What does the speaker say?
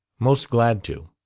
most glad to.